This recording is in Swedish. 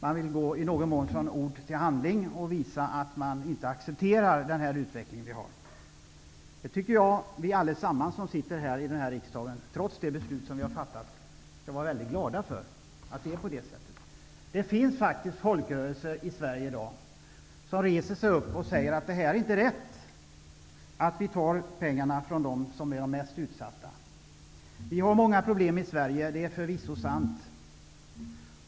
Man vill i någon mån gå från ord till handling och visar att man inte accepterar den här utvecklingen. Trots det beslut vi har fattat tycker jag att vi alla i den här riksdagen skall vara mycket glada över det här. Det finns faktiskt folkrörelser i Sverige i dag som reser sig upp och säger att det inte är rätt att vi tar pengarna från dem som är mest utsatta. Vi har många problem i Sverige. Det är förvisso sant.